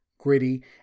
Gritty